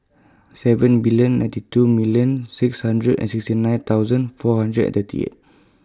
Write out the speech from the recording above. seven billion nine two millionn six hundred and sixty nine thousand four hundred and thirty eight